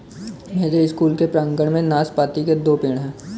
मेरे स्कूल के प्रांगण में नाशपाती के दो पेड़ हैं